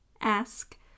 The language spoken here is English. ask